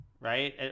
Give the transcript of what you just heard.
Right